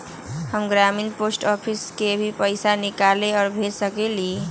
हम ग्रामीण post office से भी पैसा निकाल और भेज सकेली?